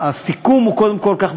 הסיכום הוא קודם כול כך,